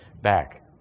back